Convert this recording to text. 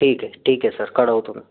ठीक आहे ठीक आहे सर कळवतो मी